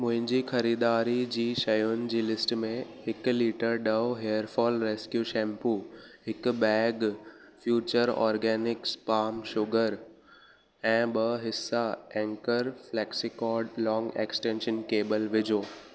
मुंहिंजी ख़रीदारी जी शयुनि जी लिस्ट में हिकु litre Dove hair fall rescue shampoo हिकु bag Future Organics palm sugar ऐं ॿ हिसा Anchor Flexicord long extension cable विझो